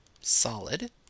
Solid